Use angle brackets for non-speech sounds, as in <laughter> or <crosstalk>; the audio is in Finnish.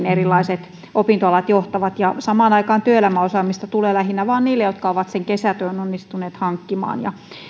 <unintelligible> erilaiset opintoalat johtavat ja samaan aikaan työelämäosaamista tulee lähinnä vain niille jotka ovat sen kesätyön onnistuneet hankkimaan